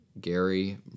Gary